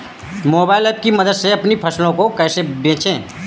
Mobile app की मदद से अपनी फसलों को कैसे बेचें?